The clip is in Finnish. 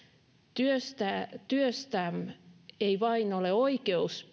työstä työstä ei ole vain oikeus